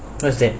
what's that